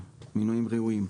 מינויים ראויים.